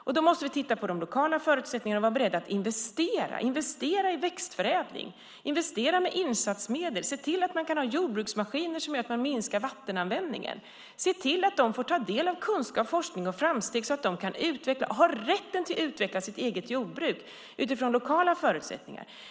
Vi måste titta på de lokala förutsättningarna och vara beredda att investera i växtförädling och med insatsmedel. Det gäller att se till de kan ha jordbruksmaskiner som gör att de kan minska vattenanvändningen. Det gäller att se till att de får ta del av kunskap, forskning och framsteg så att de har rätten att utveckla sitt eget jordbruk utifrån lokala förutsättningar.